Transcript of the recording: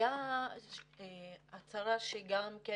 הייתה הצהרה שגם כן